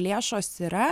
lėšos yra